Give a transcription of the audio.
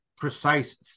precise